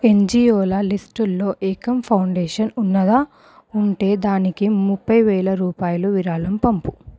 ఎన్జిఓల లిస్టులో ఏకమ్ ఫౌండేషన్ ఉన్నదా ఉంటే దానికి ముప్పైవేల రూపాయలు విరాళం పంపు